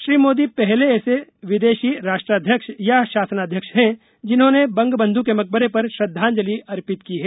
श्री मोदी पहले ऐसे विदेशी राजाध्यक्ष या शासनाध्यक्ष हैं जिन्होंने बंगबंध् के मकबरे पर श्रद्वांजलि अर्पित की है